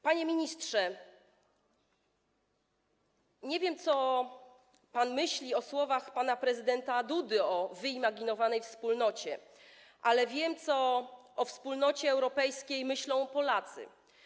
Panie ministrze, nie wiem, co pan myśli o słowach pana prezydenta Dudy o wyimaginowanej wspólnocie, ale wiem, co o wspólnocie europejskiej myślą Polacy.